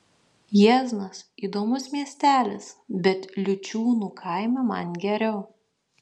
jieznas įdomus miestelis bet liučiūnų kaime man geriau